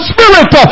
Spirit